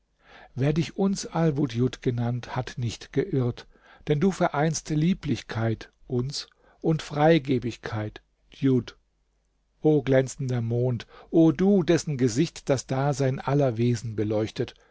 wer dich uns alwudjud genannt hat nicht geirrt denn du vereinst lieblichkeit uns und freigebigkeit djud o glänzender mond o du dessen gesicht das dasein aller wesen beleuchtet